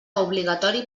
obligatori